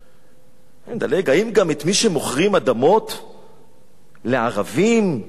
האם גם את מי שמוכרים אדמות לערבים צריך להוציא להורג?